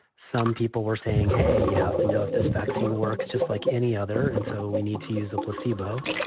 some people were saying, hey, you have to know if this vaccine works just like any other. and so we need to use the placebo.